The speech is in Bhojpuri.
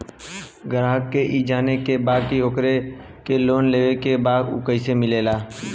ग्राहक के ई जाने के बा की ओकरा के लोन लेवे के बा ऊ कैसे मिलेला?